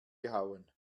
gehauen